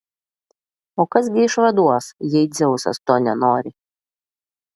o kas gi išvaduos jei dzeusas to nenori